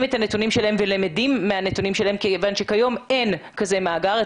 את הנתונים שלהם ולמדים מהנתונים שלהם כיוון כיום אין מאגר כזה.